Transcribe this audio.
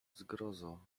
zgrozo